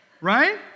Right